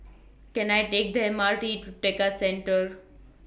Can I Take The M R T to Tekka Centre